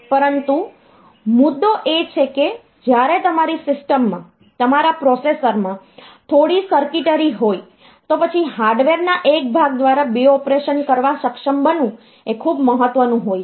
પરંતુ મુદ્દો એ છે કે જ્યારે તમારી સિસ્ટમમાં તમારા પ્રોસેસર માં થોડી સર્કિટરી હોય તો પછી હાર્ડવેર ના એક ભાગ દ્વારા 2 ઑપરેશન્સ કરવા સક્ષમ બનવું એ ખૂબ મહત્વનું હોય છે